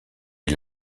est